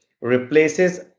replaces